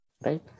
right